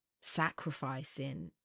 sacrificing